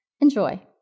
Enjoy